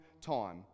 time